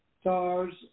Stars